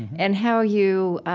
and how you